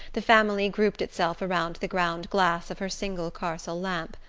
the family grouped itself around the ground-glass of her single carcel lamp.